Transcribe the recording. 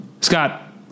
Scott